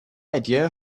idea